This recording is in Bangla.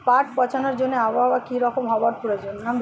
পাট পচানোর জন্য আবহাওয়া কী রকম হওয়ার প্রয়োজন?